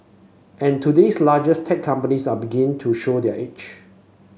and today's largest tech companies are beginning to show their age